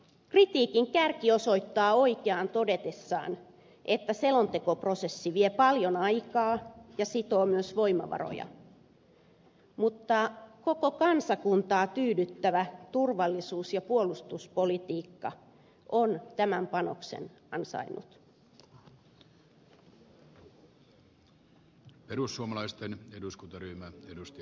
kritiikin kärki osoittaa oikeaan todetessaan että selontekoprosessi vie paljon aikaa ja sitoo myös voimavaroja mutta koko kansakuntaa tyydyttävä turvallisuus ja puolustuspolitiikka on tämän panoksen ansainnut